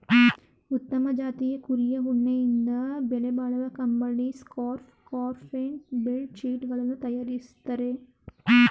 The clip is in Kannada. ಉತ್ತಮ ಜಾತಿಯ ಕುರಿಯ ಉಣ್ಣೆಯಿಂದ ಬೆಲೆಬಾಳುವ ಕಂಬಳಿ, ಸ್ಕಾರ್ಫ್ ಕಾರ್ಪೆಟ್ ಬೆಡ್ ಶೀಟ್ ಗಳನ್ನು ತರಯಾರಿಸ್ತರೆ